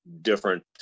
different